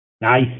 Nice